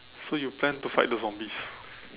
so you plan to fight the zombies